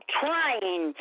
trying